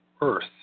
earth